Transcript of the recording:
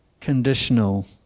conditional